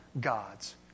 God's